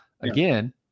again